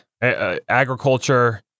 agriculture